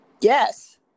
Yes